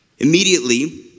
Immediately